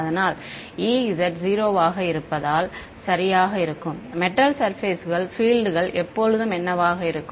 அதனால் E z 0 ஆக இருப்பதால் சரியாக இருக்கும் மெட்டல் சர்பேஸ் பீல்ட் கள் எப்போதும் என்னவாக இருக்கும்